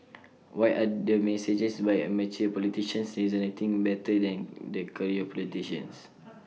why are the messages by amateur politicians resonating better than the career politicians